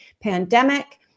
pandemic